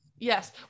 Yes